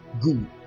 Good